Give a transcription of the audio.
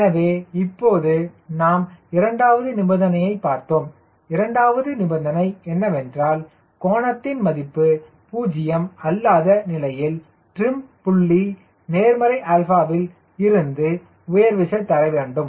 எனவே இப்போது நாம் இரண்டாவது நிபந்தனையை பார்ப்போம் இரண்டாவது நிபந்தனை என்னவென்றால் கோணத்தின் மதிப்பு 0 அல்லாத நிலையில் ட்ரிம் புள்ளி நேர்மறை 𝛼 வில் இருந்து உயர் விசை தரவேண்டும்